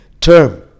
term